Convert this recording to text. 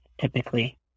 typically